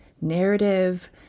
narrative